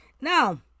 Now